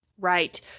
Right